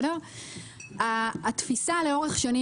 כל העניין